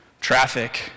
Traffic